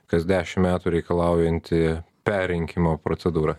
kas dešim metų reikalaujanti perrinkimo procedūra